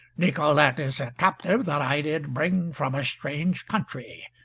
nicolete is a captive that i did bring from a strange country.